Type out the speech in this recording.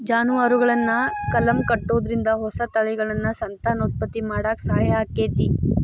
ಜಾನುವಾರುಗಳನ್ನ ಕಲಂ ಕಟ್ಟುದ್ರಿಂದ ಹೊಸ ತಳಿಗಳನ್ನ ಸಂತಾನೋತ್ಪತ್ತಿ ಮಾಡಾಕ ಸಹಾಯ ಆಕ್ಕೆತಿ